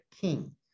king